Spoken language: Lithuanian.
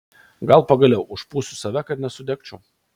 gal pagaliau užpūsiu save kad nesudegčiau